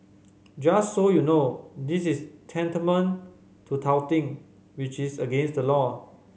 just so you know this is tantamount to touting which is against the law